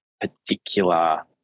particular